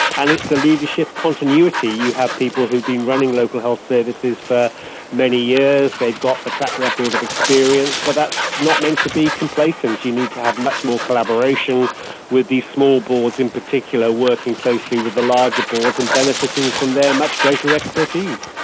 and it's the leadership continuity. you have people who have been running local health services for many years, they've got a track record of experience, but that's not meant to be complacent. you need to have much more collaboration with these small boards in particular working closely with the larger boards and benefiting from their much greater expertise.